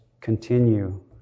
continue